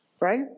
Right